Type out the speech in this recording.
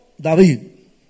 David